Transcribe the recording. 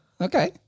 Okay